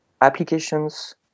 applications